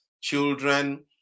Children